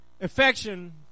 affection